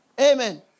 Amen